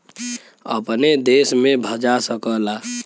अपने देश में भजा सकला